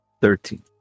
Thirteen